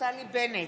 נפתלי בנט,